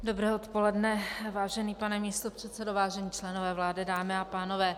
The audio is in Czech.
Dobré odpoledne, vážený pane místopředsedo, vážení členové vlády, dámy a pánové.